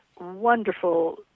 wonderful